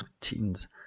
teens